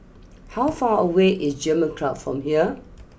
how far away is German Club from here